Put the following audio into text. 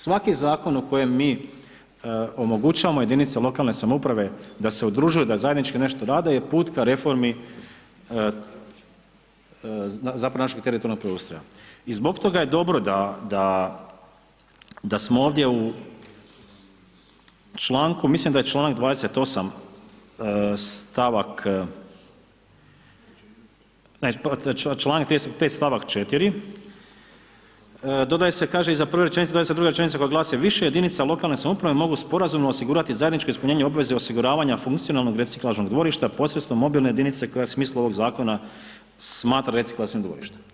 Svaki zakonu kojem mi omogućavamo jedinicama lokalne samouprave da se udružuju, da zajednički nešto rade je put ka reformi zapravo našeg teritorijalnog preustroja i zbog toga je dobro da smo ovdje u članku, mislim da je članak 28. stavak, ne, članak 35. stavak 4. dodaje se, kaže iza prve rečenice, dodaje se druga rečenica koja glasi više jedinica lokalne samouprave mogu sporazumno osigurati zajedničko ispunjenje obveze osiguravanja funkcionalnog reciklažnog dvorišta posredstvom mobilne jedinice koja u smislu ovog zakona smatra reciklažnim dvorištem.